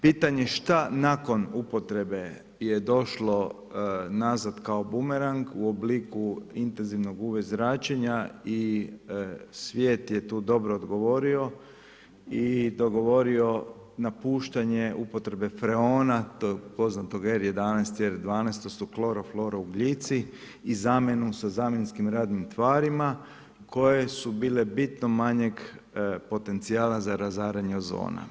Pitanje, šta nakon upotrebe je došlo nazad kao bumerang u obliku intenzivnog UV zračenja i svijet je tu dobro odgovorio i dogovorio napuštanje upotrebe freona to je poznatog R11, R12, to su klorofloro ugljici i zamjenom sa zamjenskim radnim tvarima koje su bile bitno manjeg potencijala za razaranje ozona.